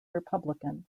republican